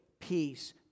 peace